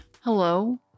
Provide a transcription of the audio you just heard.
Hello